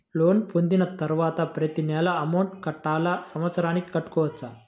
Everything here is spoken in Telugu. లోన్ పొందిన తరువాత ప్రతి నెల అమౌంట్ కట్టాలా? సంవత్సరానికి కట్టుకోవచ్చా?